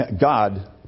God